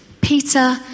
Peter